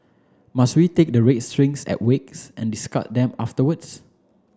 must we take the string at wakes and discard them afterwards